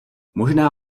možná